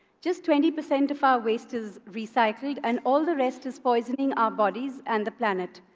just twenty percent of our waste is recycled, and all the rest is poisoning our bodies and the planet.